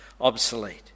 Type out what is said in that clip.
obsolete